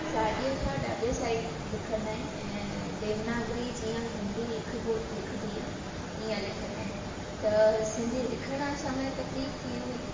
साॼे खां ॾाबे साइड लिखंदा आहिनि ऐं देवनागरी जीअं हिंदी लिखिॿो लिखिॿी आहे ईअं लिखंदा आहिनि त सिंधी लिखण जे समय तकलीफ़ थी हुई